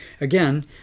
again